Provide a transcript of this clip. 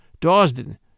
Dawson